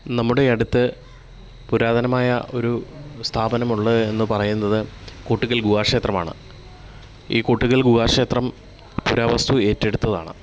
നമ്മുടെ അടുത്ത് പുരാതനമായ ഒരു സ്ഥാപനമുള്ളത് എന്നു പറയുന്നത് കൂട്ടുകൽ ഗുഹാക്ഷേത്രമാണ് ഈ കൂട്ടുകൽ ഗുഹാക്ഷേത്രം പുരാവസ്തു ഏറ്റെടുത്തതാണ്